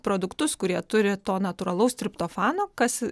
produktus kurie turi to natūralaus triptofano kas